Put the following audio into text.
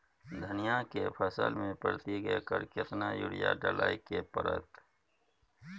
धनिया के फसल मे प्रति एकर केतना यूरिया डालय के परतय?